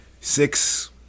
six –